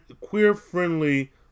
queer-friendly